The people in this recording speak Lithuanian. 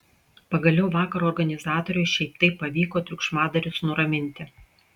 pagaliau vakaro organizatoriui šiaip taip pavyko triukšmadarius nuraminti